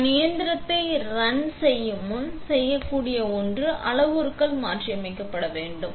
எனவே நாங்கள் இயந்திரத்தை ரன் முன் நாம் செய்யக்கூடிய ஒன்று அளவுருக்கள் மாற்றியமைக்கப்பட வேண்டும்